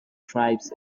tribes